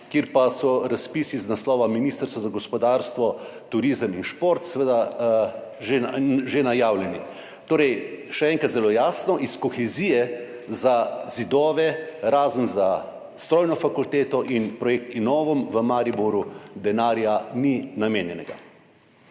kjer pa so razpisi iz naslova Ministrstva za gospodarstvo, turizem in šport seveda že najavljeni. Torej, še enkrat zelo jasno, iz kohezije za zidove, razen za strojno fakulteto in projekt INNOVUM v Mariboru, denarja ni namenjenega.